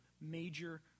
major